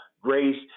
grace